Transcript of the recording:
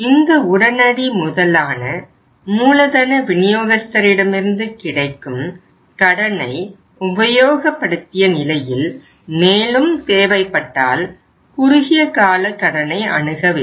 இந்த உடனடி முதலான மூலதன விநியோகஸ்தரிடம் இருந்து கிடைக்கும் கடனை உபயோகப்படுத்திய நிலையில் மேலும் தேவைப்பட்டால் குறுகியகால கடனை அணுக வேண்டும்